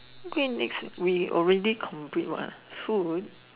okay next we already complete what ah food